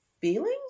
feelings